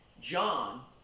John